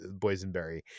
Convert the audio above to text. boysenberry